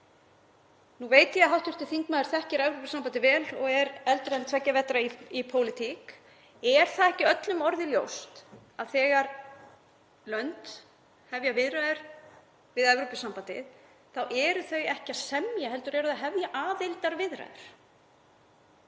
Nú veit ég að hv. þingmaður þekkir Evrópusambandið vel og er eldri en tveggja vetra í pólitík. Er ekki öllum orðið ljóst að þegar lönd hefja viðræður við Evrópusambandið þá eru þau ekki að semja heldur eru þau að hefja aðildarviðræður?